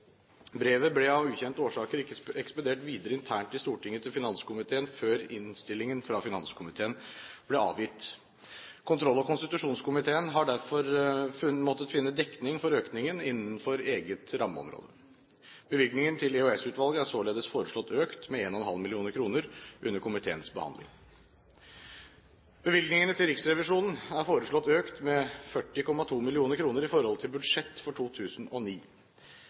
Brevet ble av ukjente årsaker ikke ekspedert videre internt i Stortinget til finanskomiteen før innstillingen fra finanskomiteen ble avgitt. Kontroll- og konstitusjonskomiteen har derfor måttet finne dekning for økningen innenfor eget rammeområde. Bevilgningen til EOS-utvalget er således foreslått økt med 1,5 mill. kr under komiteens behandling. Bevilgningene til Riksrevisjonen er foreslått økt med 40,2 mill. kr i forhold til budsjett for 2009.